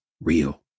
real